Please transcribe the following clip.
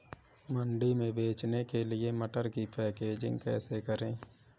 मंडी में बेचने के लिए मटर की पैकेजिंग कैसे करें?